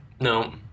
No